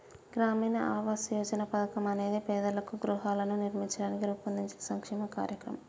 గ్రామీణ ఆవాస్ యోజన పథకం అనేది పేదలకు గృహాలను నిర్మించడానికి రూపొందించిన సంక్షేమ కార్యక్రమం